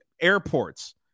airports